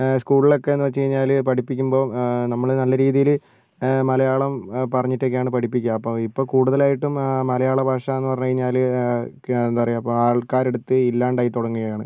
സ്കൂൾലക്കെന്ന് വെച്ച് കഴിഞ്ഞാൽ പഠിപ്പിക്കുമ്പോൾ നമ്മൾ നല്ല രീതിയിൽ മലയാളം പറഞ്ഞിട്ടക്കെയാണ് പഠിപ്പിക്കുക അപ്പോൾ ഇപ്പോൾ കൂടുതലായിട്ടും മലയാള ഭാഷാന്ന് പറഞ്ഞ് കഴിഞ്ഞാൽ എന്തപറയാ ആൾക്കാരടുത്ത് ഇല്ലാണ്ടായി തുടങ്ങാണ്